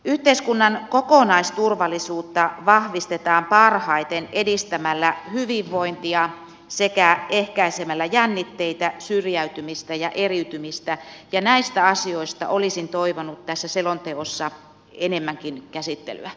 yhteiskunnan kokonaisturvallisuutta vahvistetaan parhaiten edistämällä hyvinvointia sekä ehkäisemällä jännitteitä syrjäytymistä ja eriytymistä ja näistä asioista olisin toivonut tässä selonteossa enemmänkin käsittelyä